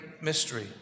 mystery